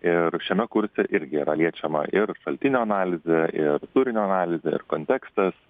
ir šiame kurse irgi yra liečiama ir šaltinio analizė ir turinio analizė ir kontekstas